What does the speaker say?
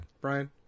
Brian